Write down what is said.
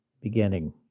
beginning